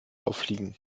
auffliegen